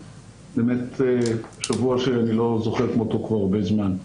באמת שבוע שאני לא זוכר כמותו כבר הרבה זמן.